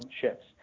ships